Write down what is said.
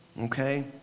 okay